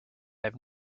have